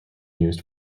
used